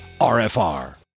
RFR